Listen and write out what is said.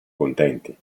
contenti